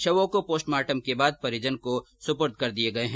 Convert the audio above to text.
शवों को पोस्टमार्टम के बाद परिजन को सुपुर्द कर दिये गये हैं